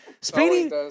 Speedy